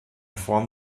form